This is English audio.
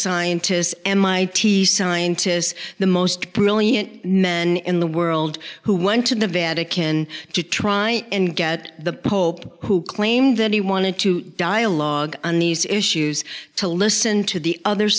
scientists and my t scientists the most brilliant men in the world who went to the vatican to try and get the pope who claimed that he wanted to dialogue on these issues to listen to the other